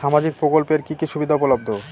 সামাজিক প্রকল্প এর কি কি সুবিধা উপলব্ধ?